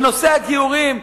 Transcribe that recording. בנושא הגיורים,